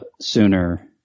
sooner